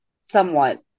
somewhat